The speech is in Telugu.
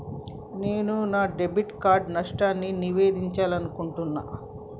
నేను నా డెబిట్ కార్డ్ నష్టాన్ని నివేదించాలనుకుంటున్నా